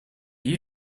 you